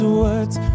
words